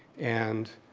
and